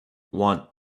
want